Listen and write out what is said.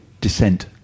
dissent